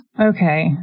Okay